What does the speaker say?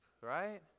right